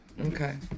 Okay